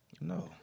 No